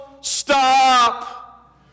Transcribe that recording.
stop